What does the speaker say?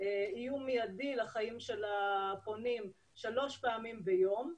איום מיידי לחיים של הפונים שלוש פעמים ביום,